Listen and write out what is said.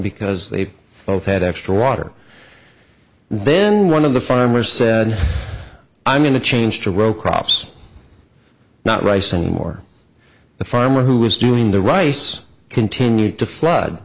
because they both had extra water then one of the farmers said i'm going to change to row crops not rice anymore the farmer who was doing the rice continued to flood